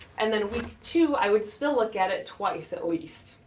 and then week two, i would still look at it twice at least.